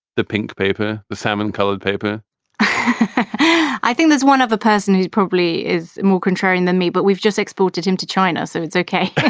the pink paper, the salmon colored paper i think there's one other person who probably is more contrarian than me, but we've just exported him to china, so it's okay.